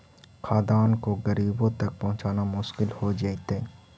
खाद्यान्न को गरीबों तक पहुंचाना मुश्किल हो जइतइ